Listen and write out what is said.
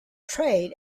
trade